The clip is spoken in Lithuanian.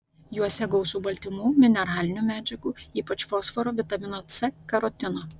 juose gausu baltymų mineralinių medžiagų ypač fosforo vitamino c karotino